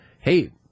hey